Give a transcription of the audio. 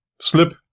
slip